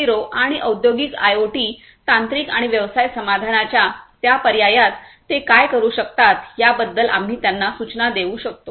0 आणि औद्योगिक आयओटी तांत्रिक आणि व्यवसाय समाधानाच्या त्या पर्यायात ते काय करू शकतात याबद्दल आम्ही त्यांना सूचना देऊ शकतो